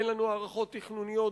אין לנו הערכות תכנוניות